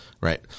right